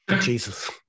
Jesus